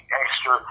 extra